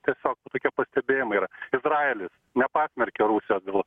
tiesiog tokie pastebėjimai yra izraelis nepasmerkė rusijos dėl